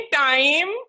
time